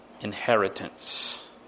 inheritance